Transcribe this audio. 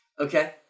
Okay